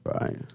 Right